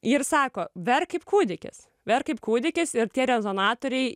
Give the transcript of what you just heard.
ji ir sako verk kaip kūdikis verk kaip kūdikis ir tie rezonatoriai